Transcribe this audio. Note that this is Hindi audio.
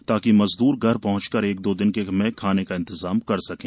ताकि मजदूर घर पहुंचकर एक दो दिन के खाने का इंतजाम कर सकें